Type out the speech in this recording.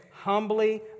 humbly